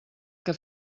que